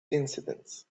incidents